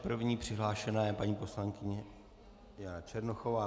První přihlášená je paní poslankyně Jana Černochová.